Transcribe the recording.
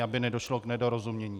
Aby nedošlo k nedorozumění.